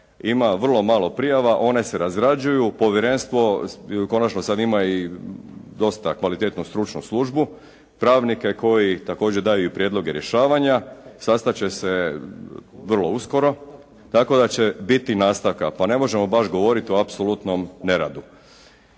Ima vrlo malo prijava. One se razrađuju. Povjerenstvo konačno sad ima i dosta kvalitetnu stručnu službu. Pravnike koji također daju i prijedloge rješavanja. Sastat će se vrlo uskoro tako da će biti nastavka pa ne možemo baš govoriti o apsolutnom neradu.